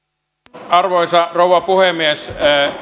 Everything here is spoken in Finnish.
arvoisa rouva puhemies